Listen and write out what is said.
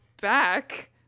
back